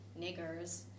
niggers